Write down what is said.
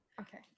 Okay